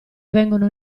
vengono